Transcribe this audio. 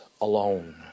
alone